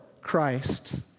Christ